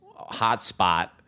hotspot